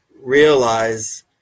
realize